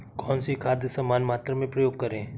कौन सी खाद समान मात्रा में प्रयोग करें?